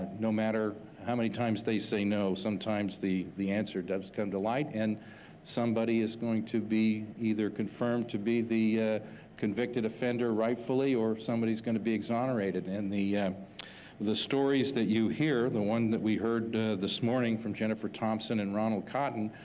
no matter how many times they say no. sometimes the the answer does come to light and somebody is going to be either confirmed to be the convicted offender rightfully, or somebody's gonna be exonerated. and the the stories that you hear, the one that we heard this morning from jennifer thompson and ronald cotton,